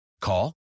Call